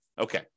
Okay